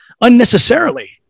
unnecessarily